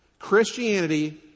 Christianity